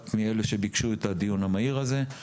מאלה שביקשו לקיים את הדיון המהיר הזה,